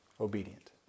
obedient